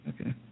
Okay